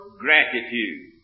gratitude